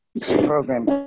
program